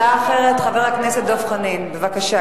הצעה אחרת, חבר הכנסת דב חנין, בבקשה.